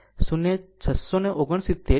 0669 kilowatt છે